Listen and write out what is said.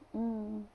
mm